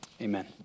Amen